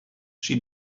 she